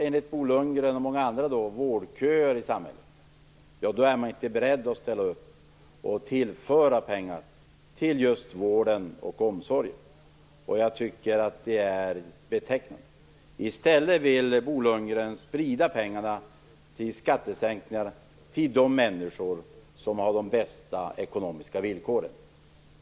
Enligt Bo Lundgren och många andra har vi vårdköer i samhället, men de är inte bredda att ställa upp och tillföra pengar till just vården och omsorgen. Jag tycker att det är betecknande. I stället vill Bo Lundgren sprida pengarna till skattesänkningar för de människor som har de bästa ekonomiska villkoren.